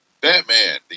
Batman